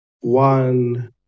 one